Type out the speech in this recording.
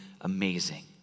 amazing